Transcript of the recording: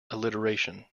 alliteration